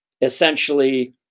essentially